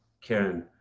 Karen